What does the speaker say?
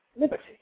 liberty